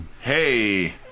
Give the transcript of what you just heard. hey